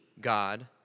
God